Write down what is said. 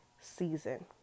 season